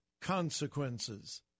consequences